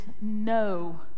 no